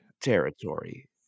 territory